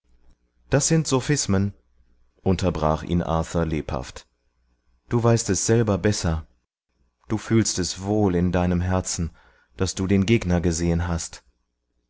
das sind sophismen unterbrach ihn arthur lebhaft du weißt es selber besser du fühlst es wohl in deinem herzen daß du den gegner gesehen hast